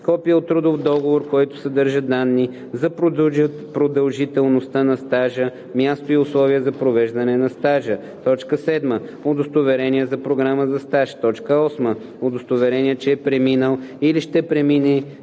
копие от трудов договор, който съдържа данни за продължителността на стажа, място и условия на провеждане на стажа; 7. удостоверение за програма за стаж; 8. удостоверение, че е преминал или ще премине